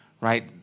right